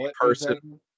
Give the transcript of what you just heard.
person